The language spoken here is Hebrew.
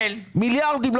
מיליארדים.